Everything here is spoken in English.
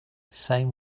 same